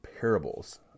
parables